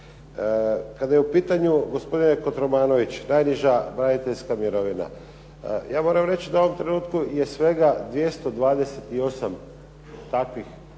Kada je u pitanju gospodine Kotromanović najniža braniteljska mirovina, ja moram reći da u ovom trenutku je svega 228 takvih najnižih